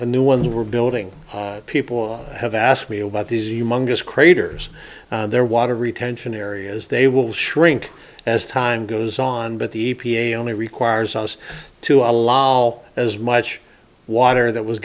the new ones we're building people have asked me about these you mongers craters their water retention areas they will shrink as time goes on but the e p a only requires us to allow as much water that was